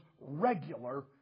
regular